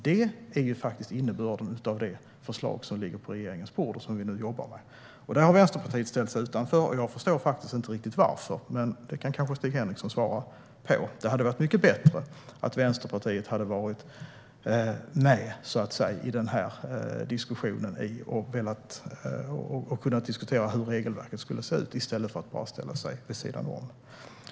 Det är innebörden av det förslag som ligger på regeringens bord och som vi nu jobbar med. Här har Vänsterpartiet ställt sig utanför, och jag förstår inte riktigt varför. Men det kan Stig Henriksson kanske svara på. Det hade varit mycket bättre om Vänsterpartiet hade varit med i diskussionen om hur regelverket ska se ut i stället för att bara ställa sig vid sidan om.